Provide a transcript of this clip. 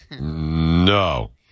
No